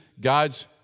God's